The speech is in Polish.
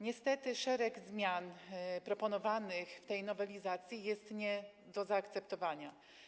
Niestety szereg zmian proponowanych w tej nowelizacji jest nie do zaakceptowania.